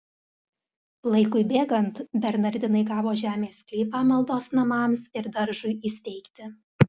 laikui bėgant bernardinai gavo žemės sklypą maldos namams ir daržui įsteigti